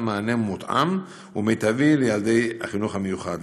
מענה מותאם ומיטבי לילדי החינוך המיוחד.